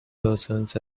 persons